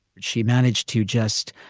she managed to just.